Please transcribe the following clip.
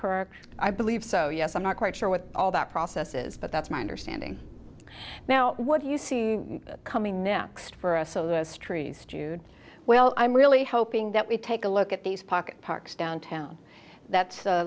correct i believe so yes i'm not quite sure what all that process is but that's my understanding now what do you see coming next for us so this trees dude well i'm really hoping that we take a look at these pocket parks downtown that's